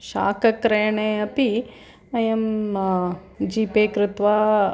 शाकक्रयणे अपि अयं जिपे कृत्वा